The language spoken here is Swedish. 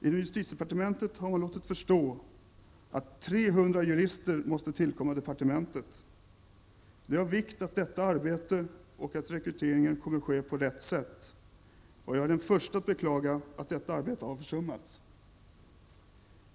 Inom justitiedepartementet har man låtit förstå att 300 jurister måste tillkomma i departementet. Det är av vikt att detta arbete och rekryteringen kommer att ske på rätt sätt. Jag är den förste att beklaga att detta arbete har försummats.